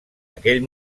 aquell